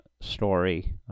story